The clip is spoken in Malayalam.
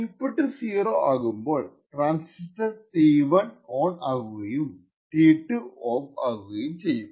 ഇൻപുട്ട് 0 ആകുമ്പോൾ ട്രാന്സിസ്റ്റർ T1 ഓൺ ആകുകയും T2 ഓഫ് ആകുകയും ചെയ്യും